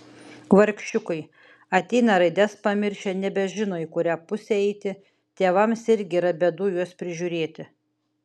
vargšiukai ateina raides pamiršę nebežino į kurią pusę eiti tėvams irgi yra bėdų juos prižiūrėti